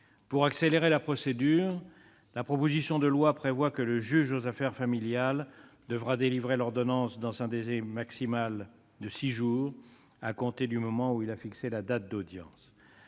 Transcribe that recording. Pour accélérer la procédure, la proposition de loi prévoit que le juge aux affaires familiales devra délivrer l'ordonnance dans un délai maximal de six jours à compter du moment où il a fixé la date de l'audience.